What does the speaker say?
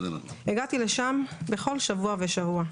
הגעתי לשם בכל שבוע ושבוע.